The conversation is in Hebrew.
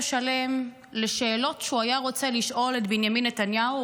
שלם לשאלות שהוא היה רוצה לשאול את בנימין נתניהו,